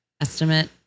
estimate